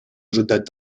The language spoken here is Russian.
ожидать